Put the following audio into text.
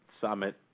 summit